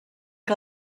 que